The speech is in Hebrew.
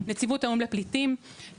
נציבות האו"ם לפליטים,